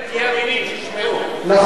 נכון, בדיוק.